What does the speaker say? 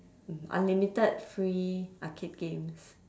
mm unlimited free arcade games